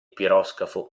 piroscafo